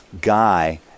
guy